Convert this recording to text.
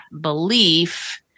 belief